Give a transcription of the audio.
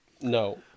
No